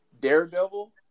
Daredevil